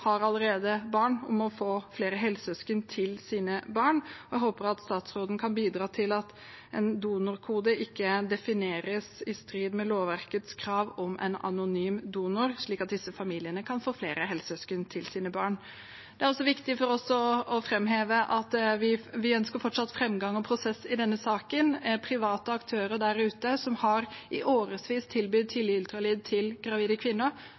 allerede har barn, til å få flere helsøsken til sine barn, og jeg håper at statsråden kan bidra til at en donorkode ikke defineres i strid med lovverkets krav om en anonym donor, slik at disse familiene kan få flere helsøsken til sine barn. Det er også viktig for oss å framheve at vi ønsker fortsatt framgang og prosess i denne saken. Private aktører der ute som i årevis har tilbydd tidlig ultralyd til gravide kvinner,